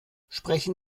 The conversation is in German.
sprechen